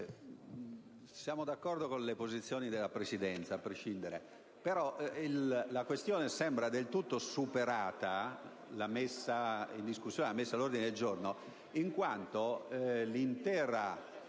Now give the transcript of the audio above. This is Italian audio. siamo d'accordo con le posizioni della Presidenza a prescindere,